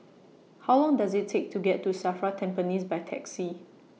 How Long Does IT Take to get to SAFRA Tampines By Taxi